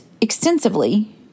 extensively